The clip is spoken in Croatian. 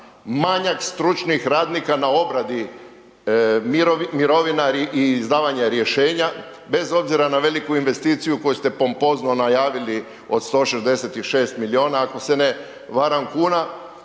manjak stručnih radnika na obradi mirovina i izdavanja rješenja bez obzira na veliku investiciju koju ste pompozno najavili od 166 miliona ako se ne varam kuna